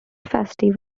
festive